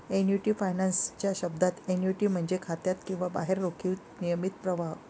annuity finance च्या शब्दात, annuity म्हणजे खात्यात किंवा बाहेर रोखीचा नियमित प्रवाह